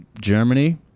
Germany